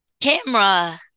camera